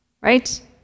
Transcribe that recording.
right